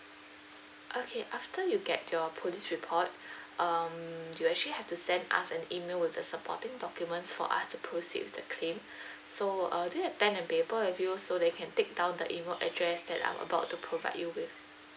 okay after you get your police report um you actually have to send us an email with the supporting documents for us to proceed with the claim so uh do you have pen and paper with you so they can take down the email address that I'm about to provide you with